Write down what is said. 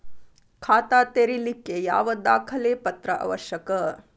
ಖಾತಾ ತೆರಿಲಿಕ್ಕೆ ಯಾವ ದಾಖಲೆ ಪತ್ರ ಅವಶ್ಯಕ?